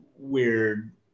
weird